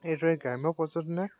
এইটোৱে গ্ৰাম্য পৰ্যটনে